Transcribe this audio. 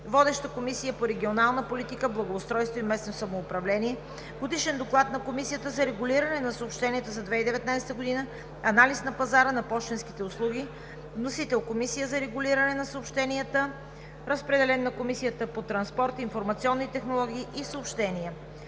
Водеща е Комисията по регионална политика, благоустройство и местно самоуправление. Годишен доклад на Комисията за регулиране на съобщенията за 2019 г. ¬– „Анализ на пазара на пощенските услуги“. Вносител е Комисията за регулиране на съобщенията. Разпределен е на Комисията по транспорт, информационни технологии и съобщения.